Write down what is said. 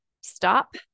stop